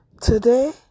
Today